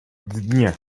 dnie